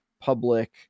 public